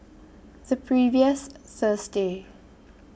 The previous Thursday